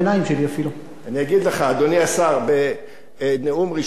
אני אגיד לך, אדוני השר: בנאום ראשון אסור להפריע.